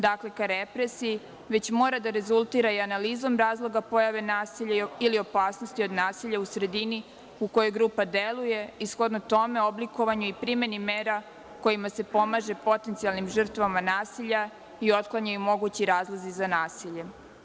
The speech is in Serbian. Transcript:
Dakle, ka represiji, već mora da rezultira i analizom razloga pojave nasilja ili opasnosti od nasilja u sredini u kojoj grupa deluje i, shodno tome, oblikovanje, primena mera kojima se pomaže potencijalnim žrtvama nasilja i otklanjaju mogući razlozi za nasilje.